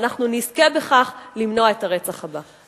ואנחנו נזכה בכך למנוע את הרצח הבא.